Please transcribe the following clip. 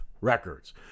records